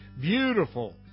Beautiful